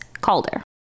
Calder